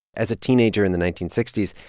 as a teenager in the nineteen sixty s,